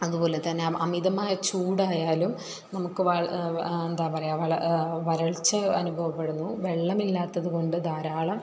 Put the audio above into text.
അതുപോലെതന്നെ അമിതമായ ചൂടായാലും നമുക്ക് എന്താ പറയുക വരൾച്ച അനുഭവപ്പെടുന്നു വെള്ളമില്ലാത്തതുകൊണ്ട് ധാരാളം